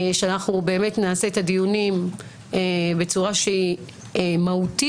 שאנחנו נערוך את הדיונים בצורה מהותית,